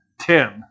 Tim